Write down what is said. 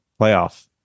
playoff